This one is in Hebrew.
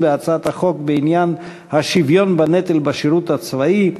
בהצעת החוק בעניין השוויון בנטל בשירות הצבאי,